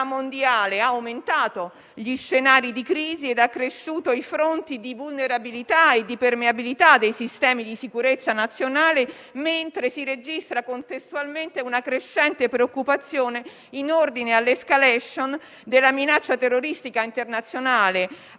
mondiale abbia aumentato gli scenari di crisi ed accresciuto i fronti di vulnerabilità e di permeabilità dei sistemi di sicurezza nazionali, mentre si registra contestualmente crescente preoccupazione in ordine all'*escalation* della minaccia terroristica internazionale,